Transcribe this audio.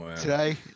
today